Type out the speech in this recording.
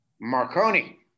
Marconi